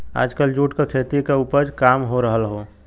आजकल जूट क खेती क उपज काम हो रहल हौ